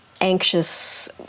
anxious